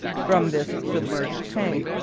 from this submerged tank,